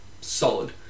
solid